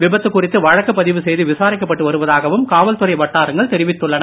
விபத்து குறித்து வழக்கு பதிவு செய்து விசாரிக்கப்பட்டு வருவதாகவும் காவல்துறை வட்டாரங்கள் தெரிவித்துள்ளன